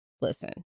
Listen